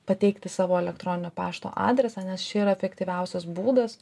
pateikti savo elektroninio pašto adresą nes čia yra efektyviausias būdas